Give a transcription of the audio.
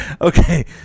Okay